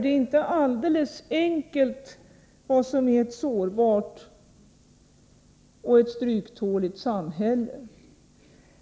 Det är inte alldeles enkelt att säga vad som är ett sårbart och vad som är ett stryktåligt samhälle.